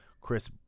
Chris